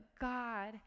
God